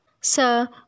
Sir